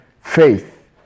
faith